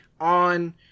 on